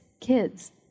kids